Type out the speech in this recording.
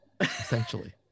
essentially